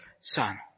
son